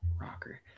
Rocker